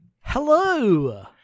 hello